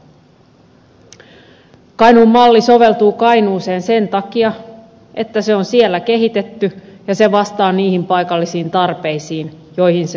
kainuun malli soveltuu kainuuseen sen takia että se on siellä kehitetty ja se vastaa niihin paikallisiin tarpeisiin joihin se on kehitetty